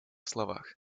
словах